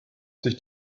sich